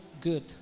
Good